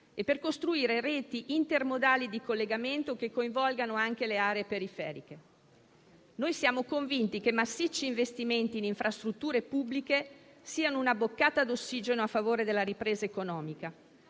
e per costruire reti intermodali di collegamento che coinvolgano anche le aree periferiche. Siamo convinti che massicci investimenti in infrastrutture pubbliche siano una boccata d'ossigeno a favore della ripresa economica.